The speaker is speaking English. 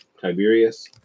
Tiberius